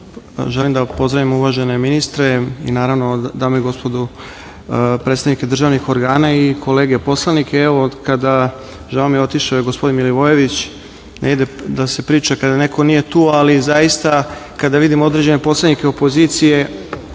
da pozdravim uvažene ministre i naravno dame i gospodu predstavnike državnih organa i kolege poslanike, a žao mi je, otišao je gospodin Milivojević, ne ide da se priča kada neko nije tu, ali zaista, kada vidim određene poslanike opozicije,